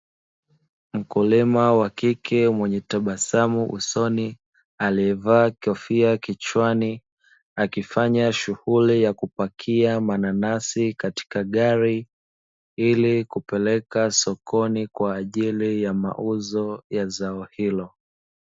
Mkulima wa kike mwenye tabasamu usoni aliyevaa kofia kichwani akifanya shughuli ya kupakia mananasi katika gari, ili kupeleka sokoni kwa ajili ya mauzo ya zao hilo.